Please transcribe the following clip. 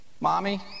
Mommy